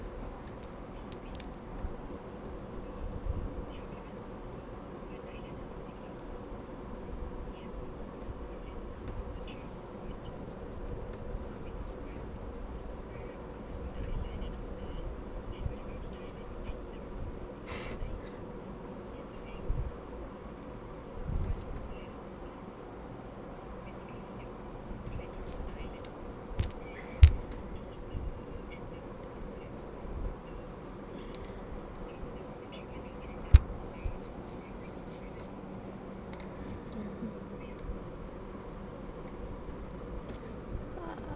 mmhmm err